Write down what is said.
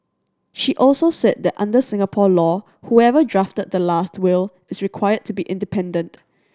she also said that under Singapore law whoever drafted the last will is required to be independent